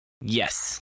Yes